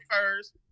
first